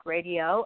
Radio